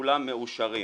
וכולם מאושרים.